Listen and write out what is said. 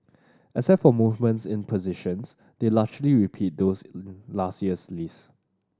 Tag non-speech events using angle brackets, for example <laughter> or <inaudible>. except for movements in positions they largely repeat those <unintelligible> last year's list